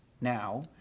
now